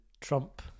trump